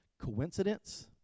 coincidence